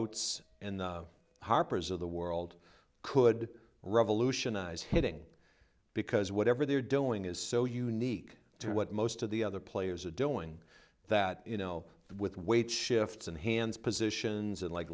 outs and the harpers of the world could revolutionize hitting because whatever they're doing is so unique to what most of the other players are doing that you know with weight shifts and hands positions and like